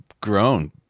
grown